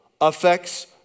affects